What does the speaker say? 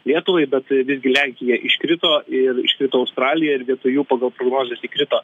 lietuvai bet visgi lenkija iškrito ir iškrito australija ir vietoj jų pagal prognozes įkrito